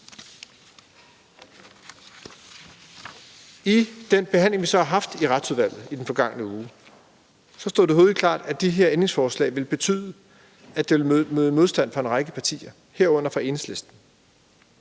I den behandling, vi så har haft i Retsudvalget i den forgangne uge, stod det hurtigt klart, at de her ændringsforslag ville betyde, at det vil møde modstand fra en række partier, herunder fra Enhedslistens